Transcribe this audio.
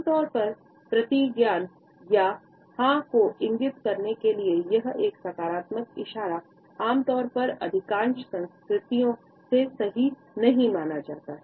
आम तौर पर प्रतिज्ञान या हां को इंगित करने के लिए एक सकारात्मक इशारा आमतौर पर अधिकांश संस्कृतियों में सही नहीं माना जाता है